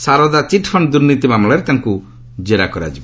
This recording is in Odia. ସାରଦା ଚିଟ୍ଫଣ୍ଡ୍ ଦୁର୍ନୀତି ମାମଲାରେ ତାଙ୍କୁ ଜେରା କରାଯିବ